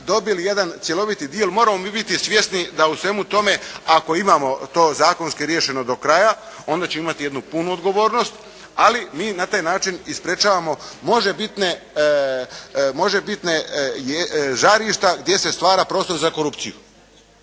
dobili jedan cjeloviti dio, jer moramo mi biti svjesni da u svemu tome ako imamo to zakonski riješeno do kraja, onda ćemo imati jednu punu odgovornost. Ali mi na taj način i sprječavamo može bitne žarišta gdje se stvara prostor za korupciju.